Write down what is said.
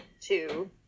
two